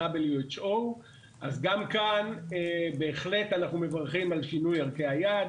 WHO. אז גם כאן בהחלט אנחנו מברכים על שינוי ערכי היעד